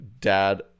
Dad